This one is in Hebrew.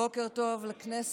בוקר טוב לכנסת.